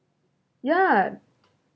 yeah